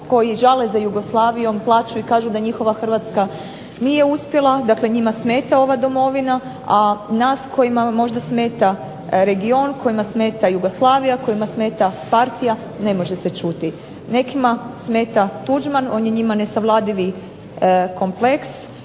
koji žale za Jugoslavijom, plaću i kažu da njihova Hrvatska nije uspjela. Dakle, njima smeta ova domovina, a nas kojima možda smeta region, kojima smeta Jugoslavija, kojima smeta Partija ne može se čuti. Nekima smeta Tuđman. On je njima nesavladivi kompleks,